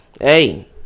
Hey